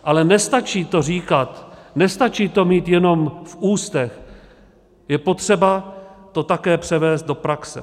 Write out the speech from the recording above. Ale nestačí to říkat, nestačí to mít jenom v ústech, je potřeba to také převést do praxe.